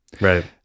right